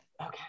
okay